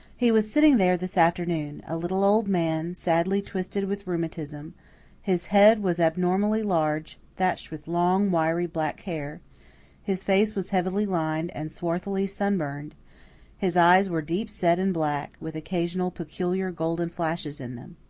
he was sitting there this afternoon a little old man, sadly twisted with rheumatism his head was abnormally large, thatched with long, wiry black hair his face was heavily lined and swarthily sunburned his eyes were deep-set and black, with occasional peculiar golden flashes in them.